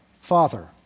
Father